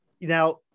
now